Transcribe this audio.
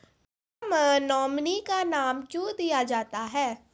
खाता मे नोमिनी का नाम क्यो दिया जाता हैं?